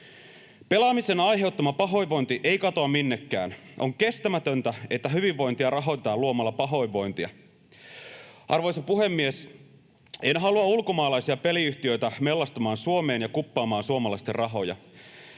Pelaamisen aiheuttama pahoinvointi ei katoa minnekään. On kestämätöntä, että hyvinvointia rahoitetaan luomalla pahoinvointia. Arvoisa puhemies! En halua ulkomaalaisia peliyhtiöitä mellastamaan Suomeen ja kuppaamaan suomalaisten rahoja.